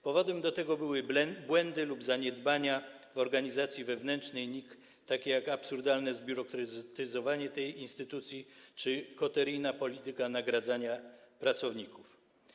Powodem tego były błędy lub zaniedbania w organizacji wewnętrznej NIK, takie jak absurdalne zbiurokratyzowanie tej instytucji czy koteryjna polityka nagradzania pracowników.